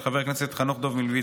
של חבר הכנסת חנוך דב מלביצקי,